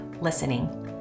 listening